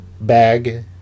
bag